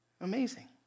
Amazing